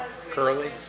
Curly